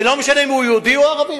ולא משנה אם הוא יהודי או ערבי,